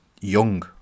Young